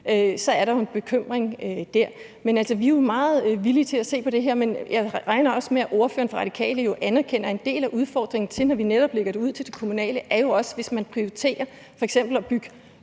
så er der jo en bekymring der. Men vi er jo meget villige til at se på det her. Men jeg regner jo også med, at ordføreren fra Radikale anerkender, at en del af udfordringen, når vi netop lægger det ud til kommunerne, også er, hvis man f.eks. prioriterer at bygge